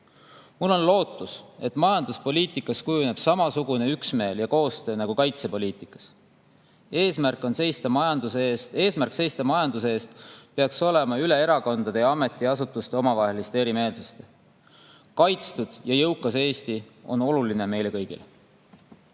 Mul on lootus, et majanduspoliitikas kujuneb samasugune üksmeel ja koostöö nagu kaitsepoliitikas. Eesmärk seista majanduse eest peaks olema üle erakondade ja ametiasutuste omavaheliste erimeelsuste. Kaitstud ja jõukas Eesti on oluline meile kõigile.